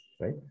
right